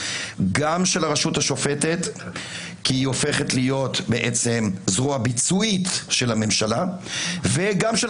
גם של הרשות השוטפת כי היא הופכת להיות זרוע ביצועית של הממשלה וגם של